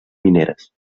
mineres